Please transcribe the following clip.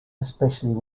especially